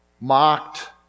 mocked